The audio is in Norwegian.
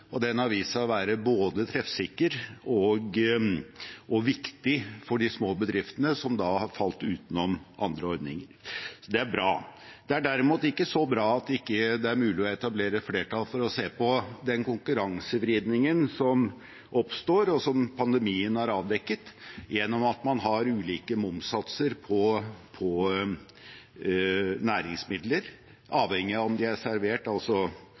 og den har vist seg å være både treffsikker og viktig for de små bedriftene som har falt utenom andre ordninger. Så det er bra. Det er derimot ikke så bra at det ikke er mulig å etablere flertall for å se på den konkurransevridningen som oppstår, og som pandemien har avdekket, gjennom at man har ulike momssatser på næringsmidler, avhengig av om de er servert nær sagt «in-house» eller «out-house», altså